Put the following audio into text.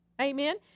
Amen